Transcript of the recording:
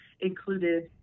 included